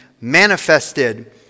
manifested